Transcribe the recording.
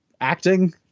acting